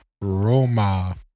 Roma